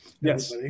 yes